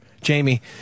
Jamie